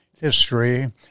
history